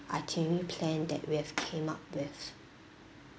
itinerary plan that we have came up with